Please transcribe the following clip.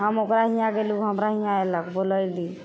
हम ओकरा यहाँ गएली ओ हमरा यहाँ अएलक बोलैली